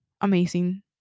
amazing